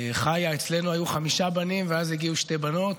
חיה, אצלנו היו חמישה בנים ואז הגיעו שתי בנות,